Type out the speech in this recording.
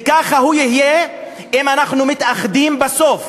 וככה הוא יהיה אם אנחנו מתאחדים בסוף.